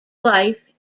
life